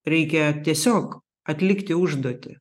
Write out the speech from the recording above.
reikia tiesiog atlikti užduotį